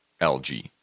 LG